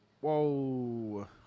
Whoa